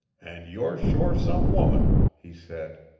and you're sure some woman! he said.